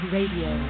Radio